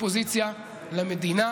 קואליציה-אופוזיציה יחד,